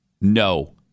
No